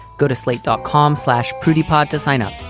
go to slate, dot com slash pretty pod to sign up.